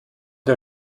der